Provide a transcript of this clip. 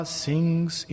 sings